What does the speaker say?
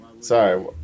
sorry